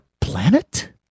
planet